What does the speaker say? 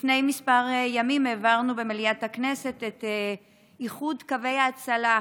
לפני כמה ימים העברנו במליאת הכנסת את איחוד קווי ההצלה,